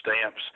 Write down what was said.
stamps